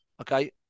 Okay